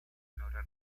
nora